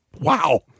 Wow